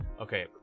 Okay